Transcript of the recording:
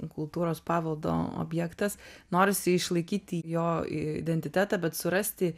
kultūros paveldo objektas norisi išlaikyti jo identitetą bet surasti